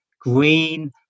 green